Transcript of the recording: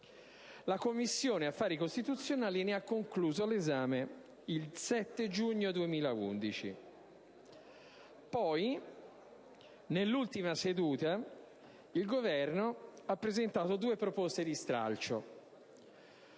La Commissione affari costituzionali ne ha concluso l'esame il 7 giugno 2011. Poi, nell'ultima seduta, il Governo ha presentato due proposte di stralcio: